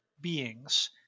beings